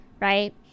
right